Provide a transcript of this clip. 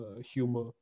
humor